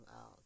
out